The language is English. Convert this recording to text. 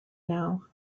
now